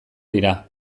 dira